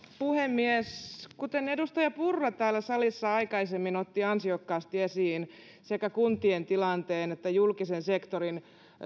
puhemies edustaja purra täällä salissa aikaisemmin otti ansiokkaasti esiin sekä kuntien tilanteen että julkisen sektorin